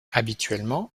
habituellement